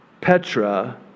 Petra